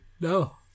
No